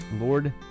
Lord